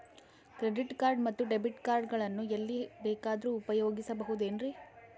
Credit card ಮತ್ತು debit card ಗಳನ್ನು ಎಲ್ಲಿ ಬೇಕಾದ್ರು ಉಪಯೋಗಿಸಬಹುದೇನ್ರಿ?